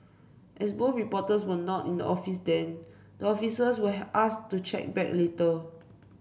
as both reporters were not in the office then the officers were asked to check back later